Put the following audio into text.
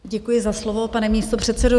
Děkuji za slovo, pane místopředsedo.